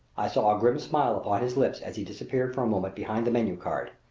i saw a grim smile upon his lips as he disappeared for a moment behind the menu card.